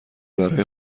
برای